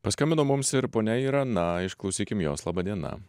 paskambino mums ir ponia irena išklausykim jos laba diena